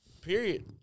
period